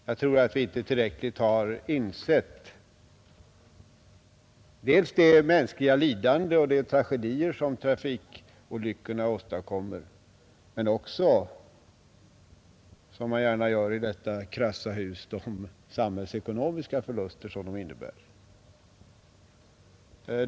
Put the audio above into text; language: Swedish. Jag tror att vi inte tillräckligt har insett dels det mänskliga lidande och de tragedier som trafikolyckorna åstadkommer, dels — något som man gärna tänker på i detta krassa hus — de samhällsekonomiska förluster som trafikolyckorna innebär.